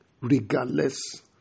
Regardless